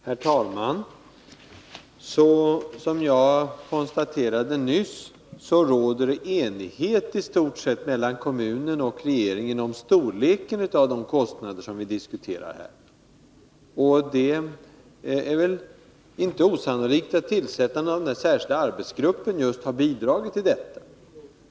Herr talman! Såsom jag nyss konstaterade råder det i stort sett enighet mellan kommunen och regeringen om storleken av de kostnader som vi här diskuterar. Det är inte osannolikt att tillsättandet av den särskilda arbetsgruppen har bidragit till detta.